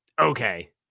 okay